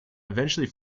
eventually